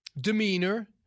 demeanor